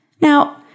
Now